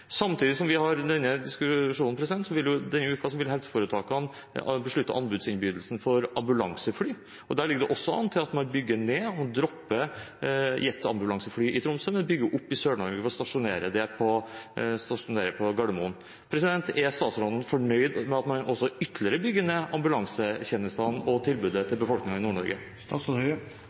Samtidig som vi har denne diskusjonen, vil helseforetakene denne uken beslutte anbudsinnbydelsen for ambulansefly. Der ligger det også an til at man bygger ned og dropper jetambulansefly i Tromsø, men bygger opp i Sør-Norge og stasjonerer på Gardermoen. Er statsråden fornøyd med at man ytterligere bygger ned ambulansetjenestene og tilbudet til befolkningen i